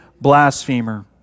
blasphemer